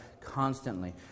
constantly